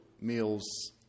meals